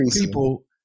people